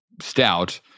stout